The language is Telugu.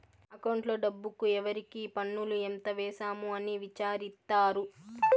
అకౌంట్లో డబ్బుకు ఎవరికి పన్నులు ఎంత వేసాము అని విచారిత్తారు